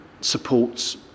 supports